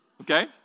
Okay